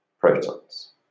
protons